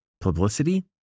publicity